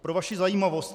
Pro vaši zajímavost.